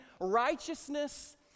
righteousness